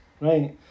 right